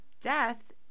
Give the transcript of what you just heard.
death